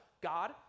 God